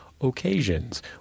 Occasions